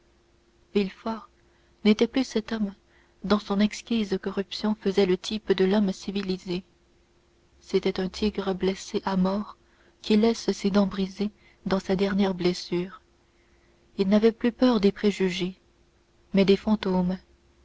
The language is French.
villefort n'était plus cet homme dont son exquise corruption faisait le type de l'homme civilisé c'était un tigre blessé à mort qui laisse ses dents brisées dans sa dernière blessure il n'avait plus peur des préjugés mais des fantômes